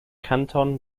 canton